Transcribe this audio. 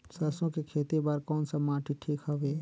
सरसो के खेती बार कोन सा माटी ठीक हवे?